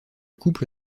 couple